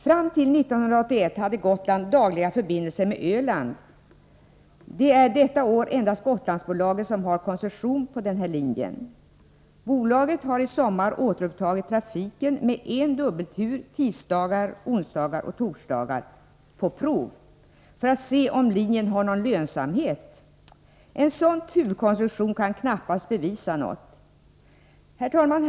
Fram till år 1981 var det dagliga förbindelser mellan Gotland och Öland. I år är Gotlandsbolaget det enda bolag som har koncession på den här linjen. Bolaget har i sommar — på prov — återupptagit trafiken med en dubbeltur varje tisdag, onsdag och torsdag för att utröna om linjen är lönsam. En sådan turkonstruktion kan knappast bevisa något. Herr talman!